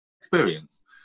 experience